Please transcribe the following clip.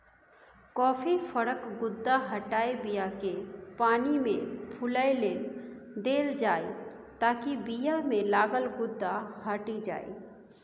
coffee फरक गुद्दा हटाए बीयाकेँ पानिमे फुलए लेल देल जाइ ताकि बीयामे लागल गुद्दा हटि जाइ